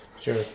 sure